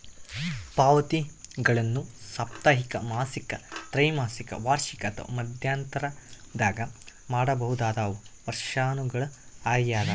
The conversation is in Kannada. ಪಾವತಿಗಳನ್ನು ಸಾಪ್ತಾಹಿಕ ಮಾಸಿಕ ತ್ರೈಮಾಸಿಕ ವಾರ್ಷಿಕ ಅಥವಾ ಮಧ್ಯಂತರದಾಗ ಮಾಡಬಹುದಾದವು ವರ್ಷಾಶನಗಳು ಆಗ್ಯದ